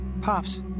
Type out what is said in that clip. Pops